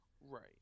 Right